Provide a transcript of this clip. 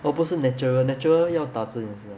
orh 不是 natural natural 要打针也是 ah